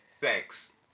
Thanks